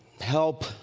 Help